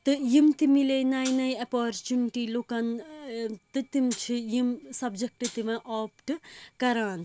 تہٕ یِمہٕ تہِ میلے نَیہِ نَیہِ اَپرچونِٹی لوٗکَن تہٕ تِم چھِ یِم سَبجکٹہٕ تہِ وۅنۍ آپٹ کَران